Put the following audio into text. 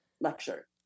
lecture